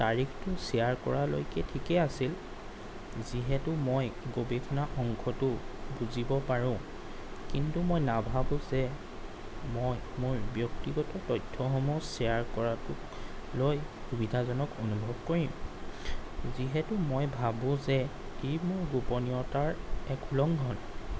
তাৰিখটো শ্বেয়াৰ কৰালৈকে ঠিকেই আছিল যিহেতু মই গৱেষণা অংশটো বুজিব পাৰো কিন্তু মই নাভাৱো যে মই মোৰ ব্যক্তিগত তথ্যসমূহ শ্বেয়াৰ কৰাটোকলৈ সুবিধাজনক অনুভৱ কৰিম যিহেতু মই ভাবো যে ই মোৰ গোপনীয়তাৰ এক উলংঘন